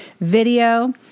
video